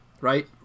right